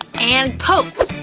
and pose!